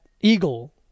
eagle